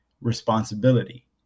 responsibility